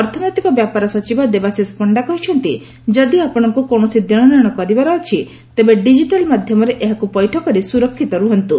ଅର୍ଥନୈତିକ ବ୍ୟାପାର ସଚିବ ଦେବାଶିଷ ପଶ୍ଡା କହିଚ୍ଚନ୍ତି ଯଦି ଆପଣଙ୍କ କୌଣସି ଦେଶନେଶ କରିବାର ଅଛି ତେବେ ଡିଜିଟାଲ୍ ମାଧ୍ୟମରେ ଏହାକୁ ପଇଠ କରି ସୁରକ୍ଷିତ ରୁହନ୍ତୁ